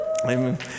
amen